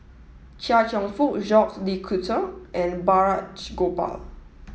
Chia Cheong Fook Jacques de Coutre and Balraj Gopal